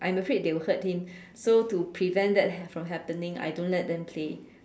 I'm afraid they will hurt him so to prevent that ha~ from happening I don't let them play